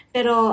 Pero